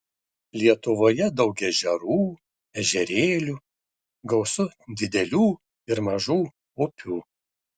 lietuvoje daug ežerų ežerėlių gausu didelių ir mažų upių